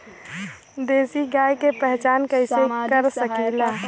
देशी गाय के पहचान कइसे कर सकीला?